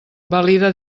valida